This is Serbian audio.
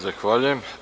Zahvaljujem.